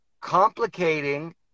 complicating